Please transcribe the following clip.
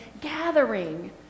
gathering